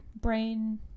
brain